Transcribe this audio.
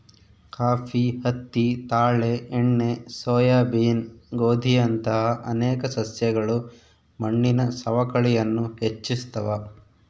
coffee ಹತ್ತಿ ತಾಳೆ ಎಣ್ಣೆ ಸೋಯಾಬೀನ್ ಗೋಧಿಯಂತಹ ಅನೇಕ ಸಸ್ಯಗಳು ಮಣ್ಣಿನ ಸವಕಳಿಯನ್ನು ಹೆಚ್ಚಿಸ್ತವ